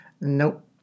nope